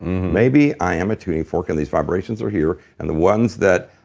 maybe i am a tuning fork and these vibrations are here. and the ones that,